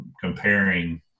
comparing